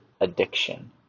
addiction